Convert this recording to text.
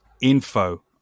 info